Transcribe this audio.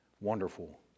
wonderful